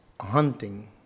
hunting